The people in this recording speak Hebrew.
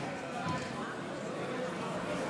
הרי התוצאות: